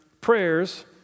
prayers